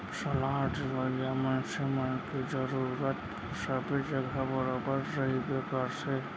सलाह देवइया मनसे मन के जरुरत सबे जघा बरोबर रहिबे करथे